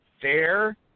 fair